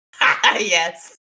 Yes